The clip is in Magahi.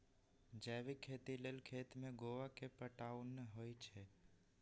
जैविक खेती लेल खेत में गोआ के पटाओंन होई छै